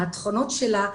התכונות שלה,